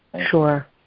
sure